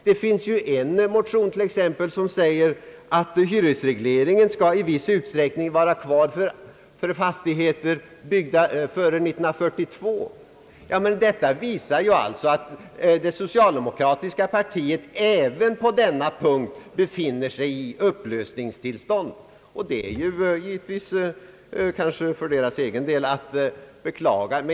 Det finns t.ex. en motion, vari sägs att hyresregleringen i viss utsträckning skall vara kvar för fastigheter byggda före 1942. Ja, men detta visar ju att det socialdemokratiska partiet även på denna punkt befinner sig i upplösningstillstånd, vilket för deras egen del givetvis är att beklaga.